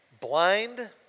blind